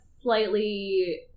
slightly